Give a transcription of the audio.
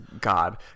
God